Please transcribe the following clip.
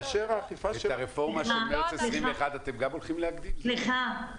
את הרפורמה של מארס 2021 אתם גם הולכים --- סליחה,